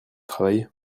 travail